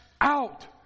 out